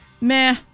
meh